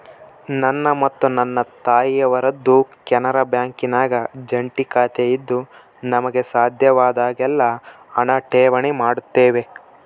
ನನ್ನ ಮತ್ತು ನನ್ನ ತಾಯಿಯವರದ್ದು ಕೆನರಾ ಬ್ಯಾಂಕಿನಾಗ ಜಂಟಿ ಖಾತೆಯಿದ್ದು ನಮಗೆ ಸಾಧ್ಯವಾದಾಗೆಲ್ಲ ಹಣ ಠೇವಣಿ ಮಾಡುತ್ತೇವೆ